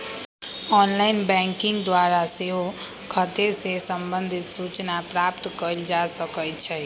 online banking द्वारा सेहो खते से संबंधित सूचना प्राप्त कएल जा सकइ छै